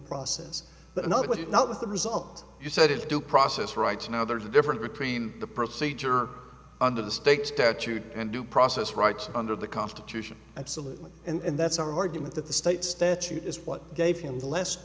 process but not with it not with the result you said it's due process rights now there's a difference between the procedure under the steak statute and due process rights under the constitution absolutely and that's our argument that the state statute is what gave him the l